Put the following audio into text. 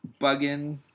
Bugging